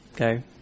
Okay